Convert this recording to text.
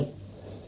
மாணவர்